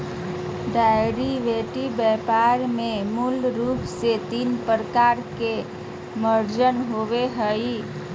derivative व्यापार में मूल रूप से तीन प्रकार के मार्जिन होबो हइ